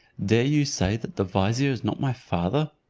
dare you say that the vizier is not my father?